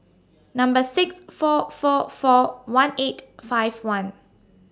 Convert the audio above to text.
Number six four four four one eight five one